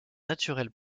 naturelles